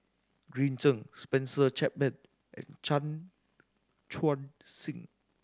Green Zeng Spencer Chapman and Chan Chun Sing